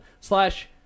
slash